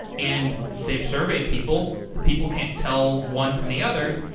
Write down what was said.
and they've surveyed people, the people can't tell one from the other.